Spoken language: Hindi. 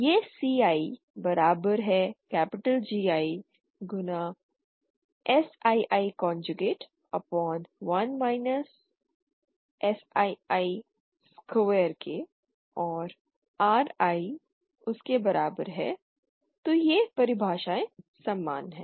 यह Ci बराबर है GI गुना Sii conjugate upon 1 Sii square के और RI उसके बराबर है तो ये परिभाषाएँ समान हैं